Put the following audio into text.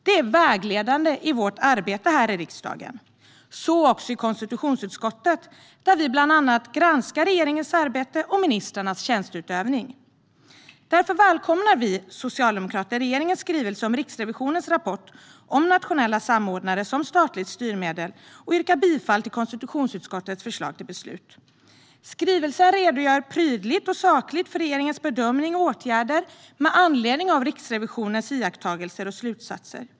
Det är vägledande i vårt arbete här i riksdagen, så också i konstitutionsutskottet, där vi bland annat granskar regeringens arbete och ministrarnas tjänsteutövning. Därför välkomnar vi socialdemokrater regeringens skrivelse om Riksrevisionens rapport om nationella samordnare som statligt styrmedel och yrkar bifall till konstitutionsutskottets förslag till beslut. Skrivelsen redogör prydligt och sakligt för regeringens bedömning och åtgärder med anledning av Riksrevisionens iakttagelser och slutsatser.